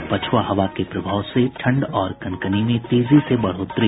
और पछ्आ हवा के प्रभाव से ठंड और कनकनी में तेजी से बढोतरी